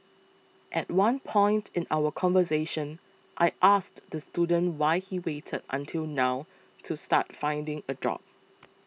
at one point in our conversation I asked the student why he waited until now to start finding a job